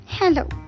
Hello